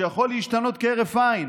שיכול להשתנות כהרף עין,